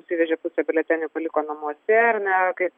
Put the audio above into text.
išsivežė pusę biuletenių paliko namuose ar ne kaip